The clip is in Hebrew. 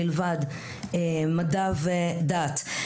מלבד מדע ודת.